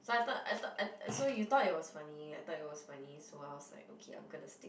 so I thought I thought I so you thought it was funny I thought it was funny so I was like okay I'm gonna stick